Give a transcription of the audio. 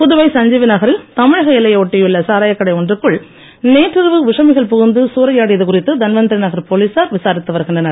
புதுவை சஞ்சீவி நகரில் தமிழக எல்லையை ஒட்டியுள்ள சாராயக்கடை ஒன்றுக்குள் நேற்றிரவு விஷமிகள் புகுந்து சூறையாடியது குறித்து தன்வந்திரி நகர் போலீசார் விசாரித்து வருகின்றனர்